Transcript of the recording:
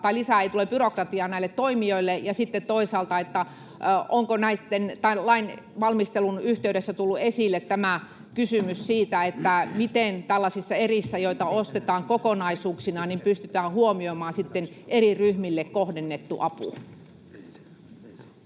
tule lisää byrokratiaa näille toimijoille, ja sitten onko toisaalta tämän lain valmistelun yhteydessä tullut esille kysymys siitä, miten tällaisissa erissä, joita ostetaan kokonaisuuksina, pystytään huomioimaan sitten eri ryhmille kohdennettu apu?